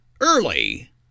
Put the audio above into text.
early